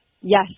Yes